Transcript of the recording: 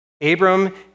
Abram